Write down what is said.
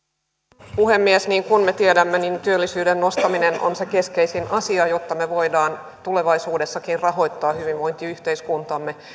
arvoisa puhemies niin kuin me tiedämme työllisyyden nostaminen on se keskeisin asia jotta me voimme tulevaisuudessakin rahoittaa hyvinvointiyhteiskuntamme